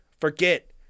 forget